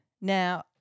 Now